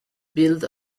built